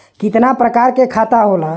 कितना प्रकार के खाता होला?